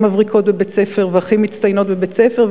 מבריקות בבית-ספר והכי מצטיינות בבית-ספר.